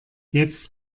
jetzt